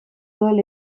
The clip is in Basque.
odol